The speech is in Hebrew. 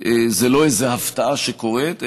זה לא איזו הפתעה שקורית,